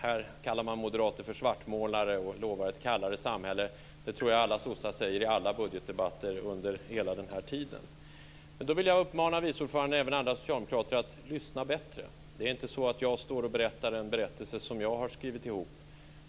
Här kallar man moderater för svartmålare som lovar ett kallare samhälle. Det tror jag alla sossar säger i alla budgetdebatter under hela den här tiden. Då vill jag uppmana vice ordföranden och även andra socialdemokrater: Lyssna bättre! Det är inte så att jag står och berättar en berättelse som har skrivit ihop.